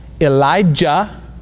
Elijah